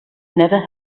never